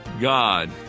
God